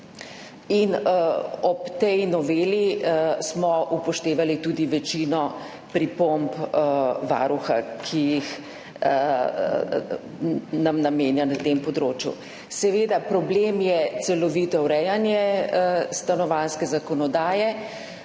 Ob tej noveli smo upoštevali tudi večino pripomb Varuha, ki nam jih namenja na tem področju. Problem je celovito urejanje stanovanjske zakonodaje.